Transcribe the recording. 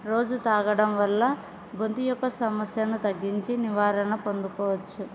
రోజు తాగడం వల్ల గొంతు యొక్క సమస్యను తగ్గించి నివారణ పొందవచ్చు